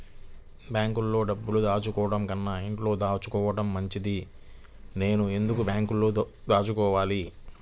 బ్యాంక్లో డబ్బులు దాచుకోవటంకన్నా ఇంట్లో దాచుకోవటం మంచిది నేను ఎందుకు బ్యాంక్లో దాచుకోవాలి?